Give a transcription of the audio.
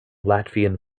latvian